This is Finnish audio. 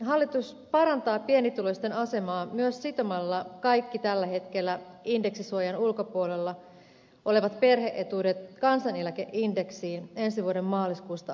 hallitus parantaa pienituloisten asemaa myös sitomalla kaikki tällä hetkellä indeksisuojan ulkopuolella olevat perhe etuudet kansaneläkeindeksiin ensi vuoden maaliskuusta alkaen